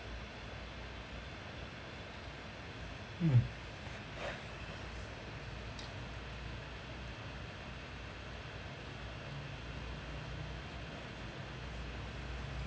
mm